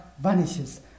vanishes